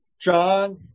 john